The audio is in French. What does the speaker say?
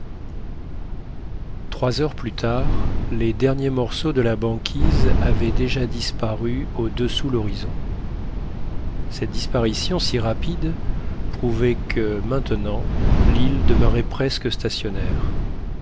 trois heures plus tard les derniers morceaux de la banquise avaient déjà disparu au-dessous l'horizon cette disparition si rapide prouvait que maintenant l'île demeurait presque stationnaire